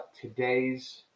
today's